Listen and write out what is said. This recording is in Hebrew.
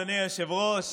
אדוני היושב-ראש.